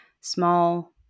small